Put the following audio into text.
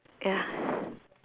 ya